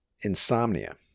Insomnia